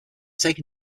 taken